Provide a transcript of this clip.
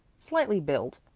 slightly built,